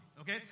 okay